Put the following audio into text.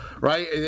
right